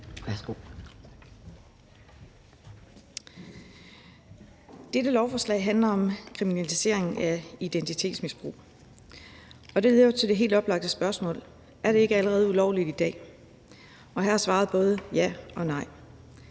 Dette lovforslag handler om kriminalisering af identitetsmisbrug. Det leder jo til det helt oplagte spørgsmål: Er det ikke allerede ulovligt i dag? Og her er svaret både ja og nej.